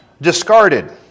discarded